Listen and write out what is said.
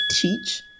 teach